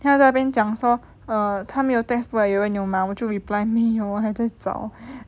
then 她在那边讲说 err 她没有 textbook 有人有吗我就 reply 没有还在找